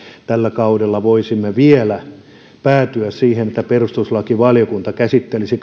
tällä kaudella voisimme vielä päätyä siihen että perustuslakivaliokunta käsittelisi